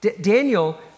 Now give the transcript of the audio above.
Daniel